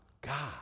God